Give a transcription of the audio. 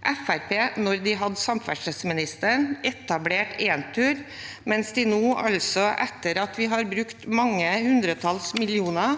hadde samferdselsministeren, etablerte de Entur, mens de nå – etter at vi har brukt mange hundretalls millioner